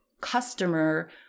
customer